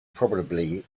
probably